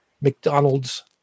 McDonald's